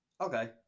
okay